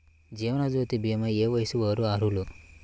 జీవనజ్యోతి భీమా ఏ వయస్సు వారు అర్హులు?